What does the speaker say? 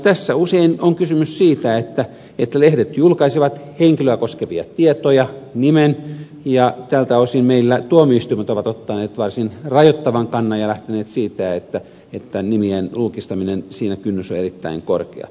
tässä usein on kysymys siitä että lehdet julkaisevat henkilöä koskevia tietoja nimen ja tältä osin meillä tuomioistuimet ovat ottaneet varsin rajoittavan kannan ja lähteneet siitä että nimien julkistamisessa kynnys on erittäin korkea